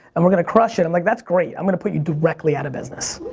and we're gonna crush it. i'm like that's great. i'm gonna put you directly out of business.